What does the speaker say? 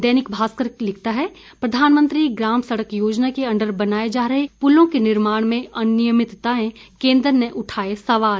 दैनिक भास्कर लिखता है प्रधानमंत्री ग्राम सड़क योजना के अंडर बनाए जा रहे पुलों के निर्माण मे अनयिमिततांए केंद्र ने उठाए सवाल